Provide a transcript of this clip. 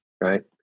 Right